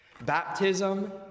Baptism